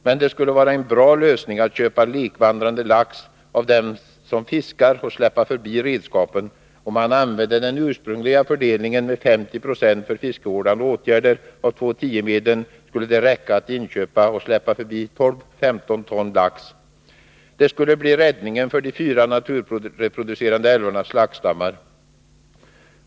Men det skulle vara en bra lösning att köpa lekvandrande lax av dem som fiskar och släppa förbi redskapen. Om man använde den ursprungliga fördelningen med 50 6 för fiskevårdande åtgärder av 2:10-medlen skulle det räcka att inköpa och släppa förbi 12-15 ton lax. Det skulle bli räddningen för de fyra naturreproducerande älvarnas laxstammar.